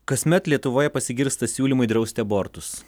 kasmet lietuvoje pasigirsta siūlymai drausti abortus